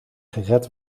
gered